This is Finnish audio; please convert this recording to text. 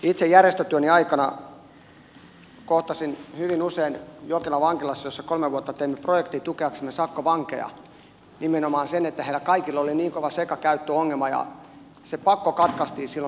itse järjestötyöni aikana kohtasin hyvin usein jokelan vankilassa jossa kolme vuotta olen tehnyt projektia sakkovankien tukemiseksi nimenomaan sen että heillä kaikilla oli kova sekakäyttöongelma ja se pakko katkaistiin silloin sakkovankeuden aikana